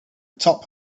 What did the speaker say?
top